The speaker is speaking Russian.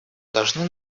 должны